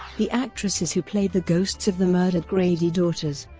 the actresses who played the ghosts of the murdered grady daughters,